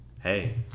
Hey